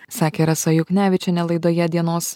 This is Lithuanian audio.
sakė rasa juknevičienė laidoje dienos